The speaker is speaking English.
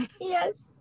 Yes